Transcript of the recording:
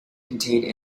contained